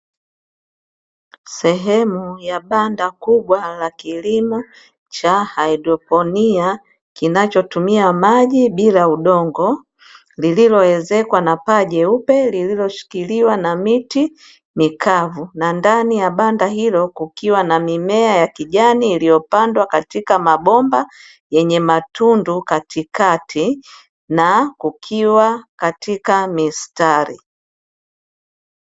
Sehemu ya banda kubwa la kilimo cha haidroponiki kinachotumia maji bila udongo, lililoezekwa na zilizoshikiliwa na miti mikavu na ndani ya banda hilo kukiwa na mimea ya kijani iliyopandwa katika mabomba yenye matundu katikati na kukiwa katika mistari.